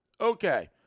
Okay